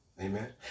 Amen